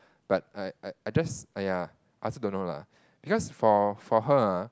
but I I I just !aiya! I also don't know lah because for for her ah